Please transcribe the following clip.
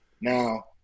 Now